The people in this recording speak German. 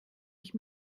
ich